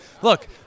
Look